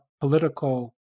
political